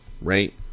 right